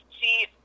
See